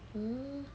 hmm